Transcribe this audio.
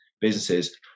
businesses